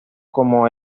como